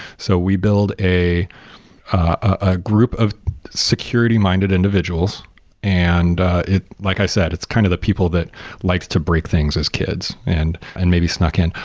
so we build a a group of security minded individuals and like i said, it's kind of the people that likes to break things as kids and and maybe snuck in.